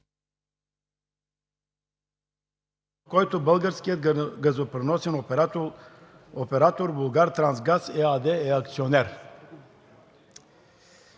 който българският газопреносен оператор „Булгартрансгаз“ ЕАД е акционер?